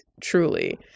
truly